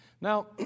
Now